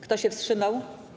Kto się wstrzymał?